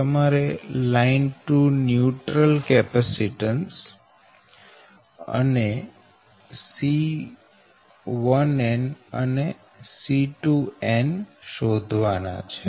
તમારે line to neutral capacitance C1n અને C2n શોધવાના છે